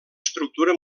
estructura